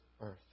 earth